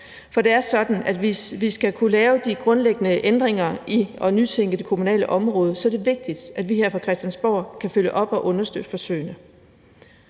For det er sådan, at hvis vi skal kunne lave de grundlæggende ændringer og nytænke det kommunale område, er det vigtigt, at vi her fra Christiansborg kan følge op og understøtte forsøgene.